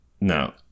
No